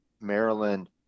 Maryland